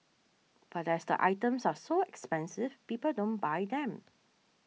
but as the items are so expensive people don't buy them